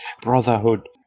Brotherhood